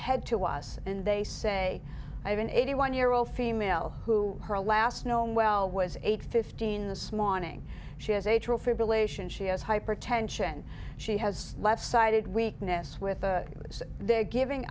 ahead to us and they say i have an eighty one year old female who her last known well was eight fifteen this morning she has atrial fibrillation she has hypertension she has left sided weakness with a they're giving